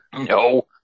No